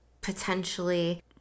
...potentially